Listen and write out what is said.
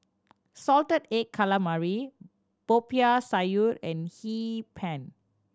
salted egg calamari Popiah Sayur and Hee Pan